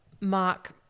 Mark